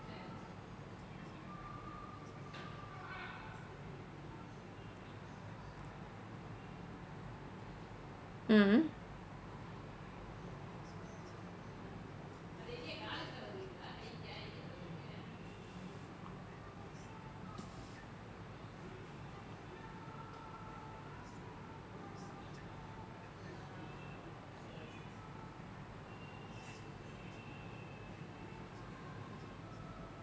mm